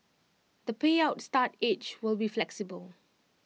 the payout start age will be flexible